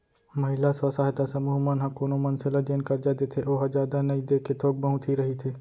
महिला स्व सहायता समूह मन ह कोनो मनसे ल जेन करजा देथे ओहा जादा नइ देके थोक बहुत ही रहिथे